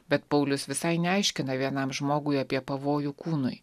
bet paulius visai neaiškina vienam žmogui apie pavojų kūnui